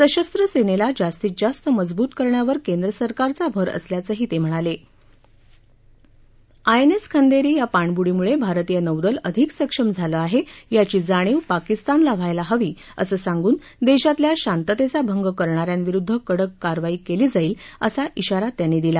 सशस्त्र सम्रांकी जास्तीत जास्त मजबूत करण्यावर केंद्रसरकारचा भर असल्याचंही तत्त म्हणाल आय एन एस खंदर्दी या पाणबुडीमुळ आरतीय नौदल अधिक सक्षम झालं आह प्राची जाणीव पाकिस्तानला व्हायला हवी असं सांगून दक्तिल्या शांतत्रा भंग करणाऱ्यांविरुद्ध कडक कारवाई कळी जाईल असा िगारा त्यांनी दिला